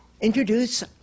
introduce